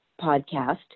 podcast